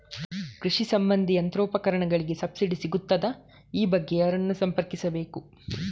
ಕೃಷಿ ಸಂಬಂಧಿ ಯಂತ್ರೋಪಕರಣಗಳಿಗೆ ಸಬ್ಸಿಡಿ ಸಿಗುತ್ತದಾ? ಈ ಬಗ್ಗೆ ಯಾರನ್ನು ಸಂಪರ್ಕಿಸಬೇಕು?